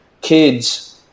kids